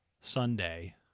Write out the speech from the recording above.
sunday